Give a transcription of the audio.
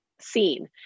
seen